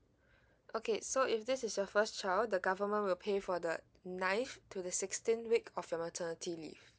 okay so if this is your first child the government will pay for the ninth to the sixteen week of your maternity leave